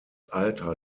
alter